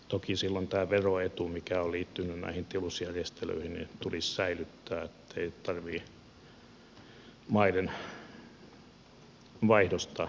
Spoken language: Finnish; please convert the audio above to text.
toki silloin tämä veroetu mikä on liittynyt näihin tilusjärjestelyihin tulisi säilyttää ettei tarvitse maiden vaihdosta maksaa kauppahinnan veroja